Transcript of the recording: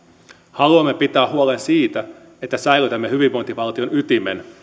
haluamme pitää huolen siitä että säilytämme hyvinvointivaltion ytimen